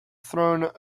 throne